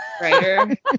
writer